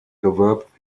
gewölbt